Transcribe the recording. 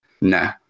nah